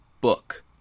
book